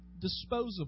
disposable